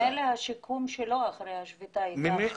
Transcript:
ממילא השיקום שלו אחרי השביתה ייקח